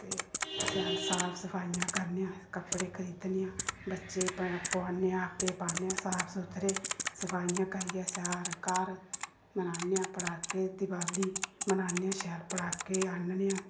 ते शैल साफ सफाइयां करने आं अस कपडे़ खरीदने आं बच्चे ई पोआने आं आपें पाने आं साफ सूथरे सफाइयां करियै शैल घर मनाने आं पटाके दिवाली मनाने आं शैल पटाके आह्नने आं